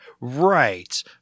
Right